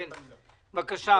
בבקשה.